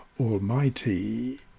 almighty